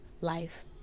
life